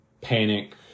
panic